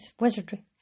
wizardry